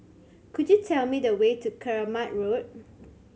could you tell me the way to Keramat Road